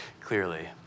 clearly